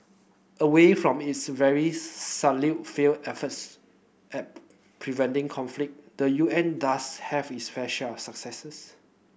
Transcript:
away from its very salient failed efforts at preventing conflict the U N does have its fair share of successes